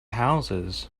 houses